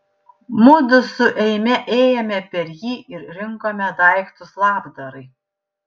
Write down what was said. mudu su eime ėjome per jį ir rinkome daiktus labdarai